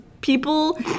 people